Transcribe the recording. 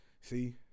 See